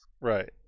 Right